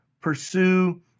pursue